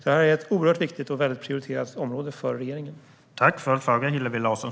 Det här är ett mycket viktigt och prioriterat område för regeringen.